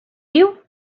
you